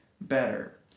better